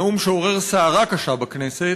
נאום שעורר סערה קשה בכנסת.